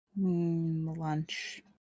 lunch